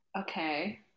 Okay